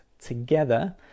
together